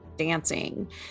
dancing